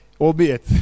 albeit